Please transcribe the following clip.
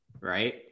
right